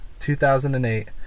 2008